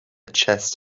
chest